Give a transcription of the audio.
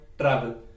Travel